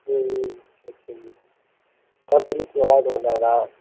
ம் ம் எல்லாரும் ப்லிப்ஸ் நல்லாயிருக்குன்னு சொன்னாங்களா